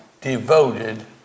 devoted